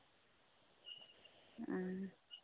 ᱦᱩᱸ